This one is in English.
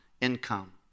income